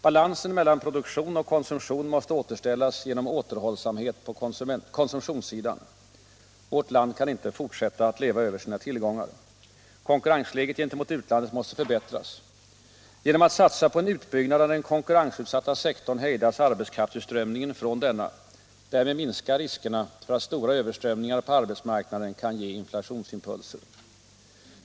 Balansen mellan produktion och konsumtion måste återställas genom återhållsamhet på konsumtionssidan. Vårt land kan inte fortsätta att leva över sina tillgångar. Konkurrensläget gentemot utlandet måste förbättras. Genom att satsa på en utbyggnad av den konkurrensutsatta sektorn hejdas arbetskraftsutströmningen från denna; därmed minskar riskerna för att stora överströmningar på arbetsmarknaden kan ge inflationsimpulser.